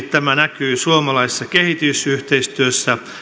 tämä näkyy erityisesti suomalaisessa kehitysyhteistyössä